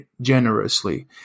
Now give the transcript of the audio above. generously